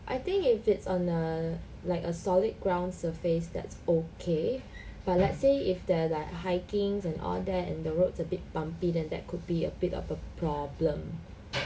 I think if it's on a like a solid ground surface that's okay but let's say if they're like hikings and all that and the roads a bit bumpy then that could be a bit of a problem